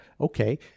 Okay